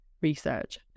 research